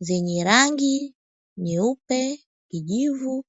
zenye rangi nyeupe, kijivu.